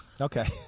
Okay